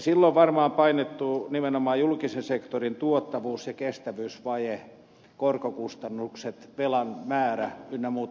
silloin varmaan painottuvat nimenomaan julkisen sektorin tuottavuus ja kestävyysvaje korkokustannukset velan määrä ynnä muuta